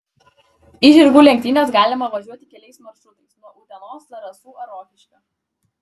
į žirgų lenktynes galima važiuoti keliais maršrutais nuo utenos zarasų ar rokiškio